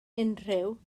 unrhyw